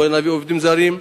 לא נביא עובדים זרים,